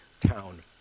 town